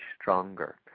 stronger